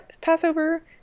Passover